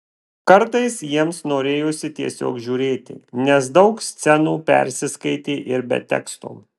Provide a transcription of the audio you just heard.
kartais jiems norėjosi tiesiog žiūrėti nes daug scenų persiskaitė ir be teksto